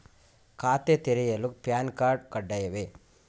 ಖಾತೆ ತೆರೆಯಲು PAN card ಕಡ್ಡಾಯವೇ?